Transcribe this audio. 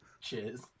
Cheers